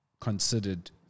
considered